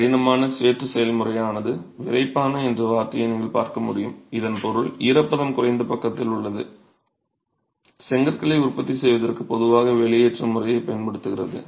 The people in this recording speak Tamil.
கடினமான சேற்று செயல்முறையானது விறைப்பான என்ற வார்த்தையை நீங்கள் பார்க்க முடியும் இதன் பொருள் ஈரப்பதம் குறைந்த பக்கத்தில் உள்ளது செங்கற்களை உற்பத்தி செய்வதற்கு பொதுவாக வெளியேற்றும் முறையைப் பயன்படுத்துகிறது